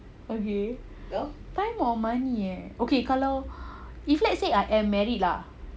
okay the time or money eh okay kalau if let's say I am married lah